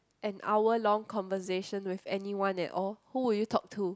an hour long conversation with anyone at all who would you talk to